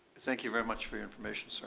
thank you very much for your information, so